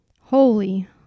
Holy